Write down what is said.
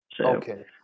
Okay